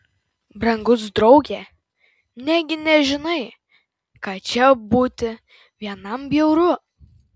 brangus drauge negi nežinai kad čia būti vienam bjauru